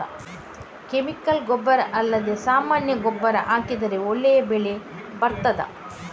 Chemical ಗೊಬ್ಬರ ಅಲ್ಲದೆ ಸಾಮಾನ್ಯ ಗೊಬ್ಬರ ಹಾಕಿದರೆ ಒಳ್ಳೆ ಬೆಳೆ ಬರ್ತದಾ?